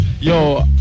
yo